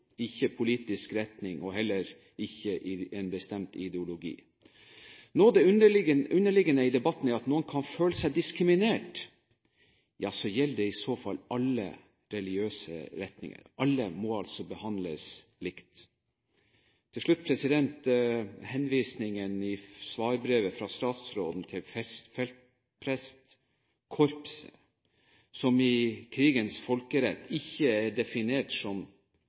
ikke politisk retning, og heller ikke en bestemt ideologi. Noe av det underliggende i debatten er at noen kan føle seg diskriminert. Ja, det gjelder i så fall alle religiøse retninger. Alle må altså behandles likt. Til slutt til henvisningen i svarbrevet fra statsråden til Feltprestkorpset, som i krigens folkerett er definert som